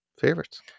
favorites